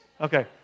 Okay